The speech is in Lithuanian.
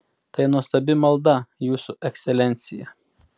tai nuostabi malda jūsų ekscelencija